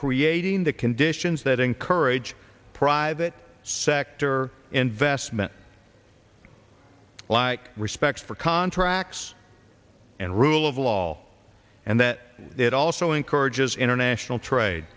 creating the conditions that encourage private sector investment like respect for contracts and rule of lall and that it also encourages international trade